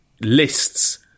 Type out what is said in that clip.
lists